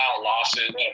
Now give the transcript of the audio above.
losses